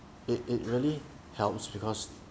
it it really helps because